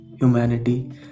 humanity